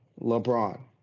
LeBron